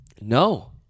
No